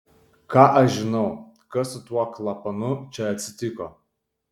ką aš žinau kas su tuo klapanu čia atsitiko